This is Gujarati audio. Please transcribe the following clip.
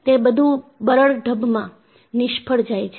તે બધું બરડ ઢબમાં નિષ્ફળ જાય છે